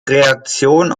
reaktion